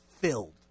filled